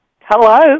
Hello